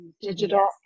Digital